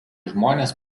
žmonės